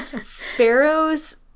sparrows